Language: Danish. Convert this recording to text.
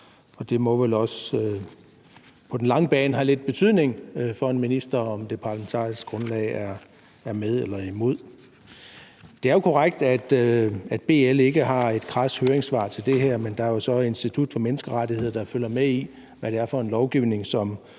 det må vel også på den lange bane have lidt betydning for en minister, om det parlamentariske grundlag er med eller imod. Det er korrekt, at BL ikke har et krast høringssvar til det her, men der er jo så Institut for Menneskerettigheder, der følger med i, hvad det er for en lovgivning, som